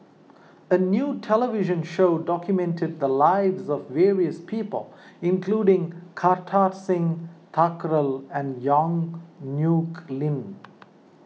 a new television show documented the lives of various people including Kartar Singh Thakral and Yong Nyuk Lin